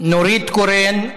נורית קורן,